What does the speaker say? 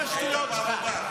תמשיך את השטויות שלך.